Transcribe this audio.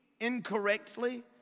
incorrectly